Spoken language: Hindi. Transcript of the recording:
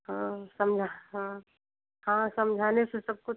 हाँ समझा हाँ हाँ समझाने से सब कुछ